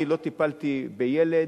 אני לא טיפלתי בילד,